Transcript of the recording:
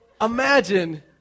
imagine